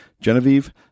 Genevieve